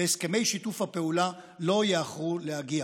והסכמי שיתוף הפעולה לא יאחרו להגיע.